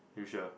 usual